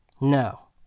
No